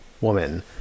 woman